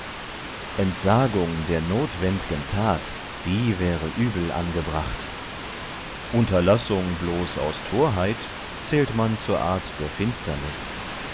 entsagung der notwend'gen tat die wäre übel angebracht unterlassung bloß aus torheit zählt man zur art der finsternis